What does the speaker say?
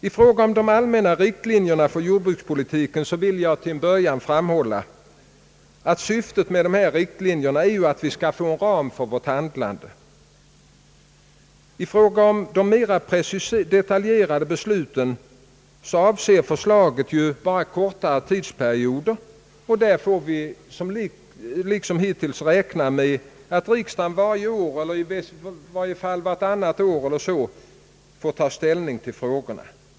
I fråga om de allmänna riktlinjerna för jordbrukspolitiken vill jag till en början framhålla, att syftet är, att vi genom dem skall få en ram för vårt handlande. När det gäller mera detaljerade beslut avser ju förslagen bara kortare tidsperioder; vi får liksom hittills räkna med att riksdagen varje, el ler i varje fall vartannat, år eller så tar ställning till nya förslag.